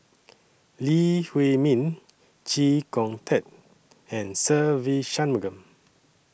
Lee Huei Min Chee Kong Tet and Se Ve Shanmugam